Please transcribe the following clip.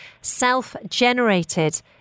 self-generated